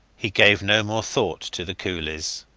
he gave no more thought to the coolies.